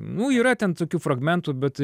nu yra ten tokių fragmentų bet